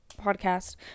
podcast